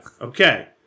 Okay